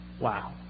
Wow